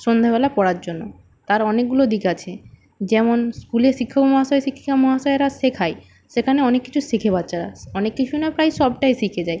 সন্ধেবেলা পড়ার জন্য তার অনেকগুলো দিক আছে যেমন স্কুলে শিক্ষক মহাশয় শিক্ষিকা মহাশয়রা শেখায় সেখানে অনেক কিছু শেখে বাচ্চারা অনেক কিছু না প্রায় সবটাই শিখে যায়